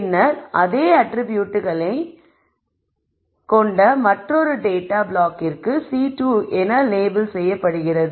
பின்னர் அதே அட்ரிபியூட்களை கொண்ட மற்றொரு டேட்டா பிளாக்கிற்கு C2 என லேபிள் செய்யப்பட்டுள்ளது